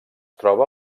troba